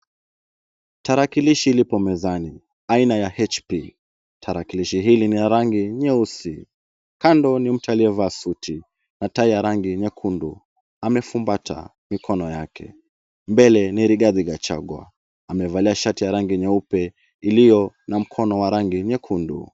Tarakilishi lipo mezani aina ya HP, tarakilishi hili ni la rangi nyeusi. Kando ni mtu aliyevalia suti na tai ya rangi nyekundu amefumbata mikono yake. Mbele ni Rigathi Gachagwa amevalia shati ya rangi nyeupe iliyo na mkono wa rangi nyekundu.